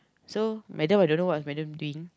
so madam I don't know what is madam doing